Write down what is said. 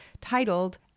titled